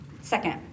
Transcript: Second